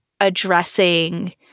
addressing